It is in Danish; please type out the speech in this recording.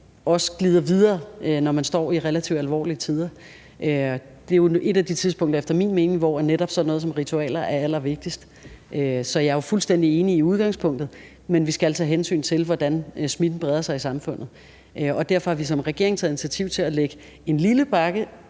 også glider videre, når man står i relativt alvorlige tider. Det er jo et af de tidspunkter efter min mening, hvor netop sådan noget som ritualer er allervigtigst. Så jeg er jo fuldstændig enig i udgangspunktet, men vi skal tage hensyn til, hvordan smitten spreder sig i samfundet. Derfor har vi som regering taget initiativ til at lægge en lille pakke,